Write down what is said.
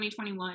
2021